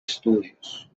estudios